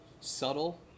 subtle